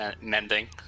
mending